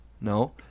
No